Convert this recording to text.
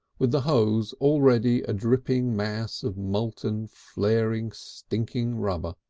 with the hose already a dripping mass of molten, flaring, stinking rubber.